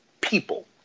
people